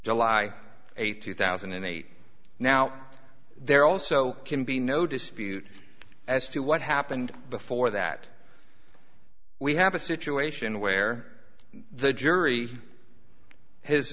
july eighth two thousand and eight now they're also can be no dispute as to what happened before that we have a situation where the jury h